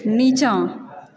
नीचाँ